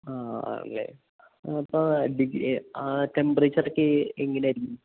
ആ ആണല്ലേ ആ അപ്പോള് ടെമ്പറേച്ചറൊക്കൊ എങ്ങനെയായിരിക്കും